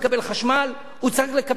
הוא צריך לקבל חשמל,